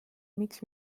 miks